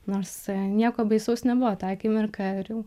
nors nieko baisaus nebuvo tą akimirką